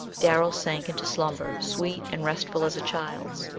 darrell sank into slumber sweet and restful as a child's,